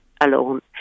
alone